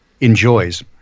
enjoys